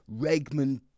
Regman